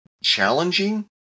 challenging